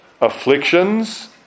afflictions